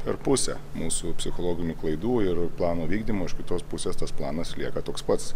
per pusę mūsų psichologinių klaidų ir plano vykdymo iš kitos pusės tas planas lieka toks pats